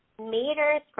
meters